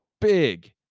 big